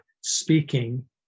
speaking